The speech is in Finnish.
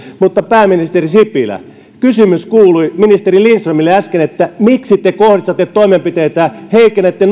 mutta pääministeri sipilä kysymys kuului ministeri lindströmille äsken miksi te kohdistatte toimenpiteitä nuoriin ihmisiin heikennätte